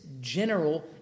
general